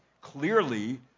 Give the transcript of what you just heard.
clearly